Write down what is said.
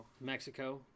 Mexico